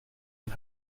die